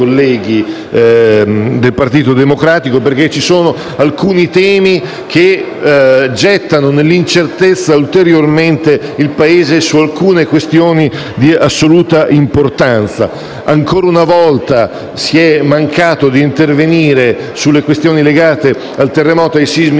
del Partito Democratico, perché ci sono alcuni temi che gettano ulteriormente nell'incertezza il Paese su alcune questioni di assoluta importanza. Ancora una volta si è mancato di intervenire sulle questioni legate al terremoto e ai sismi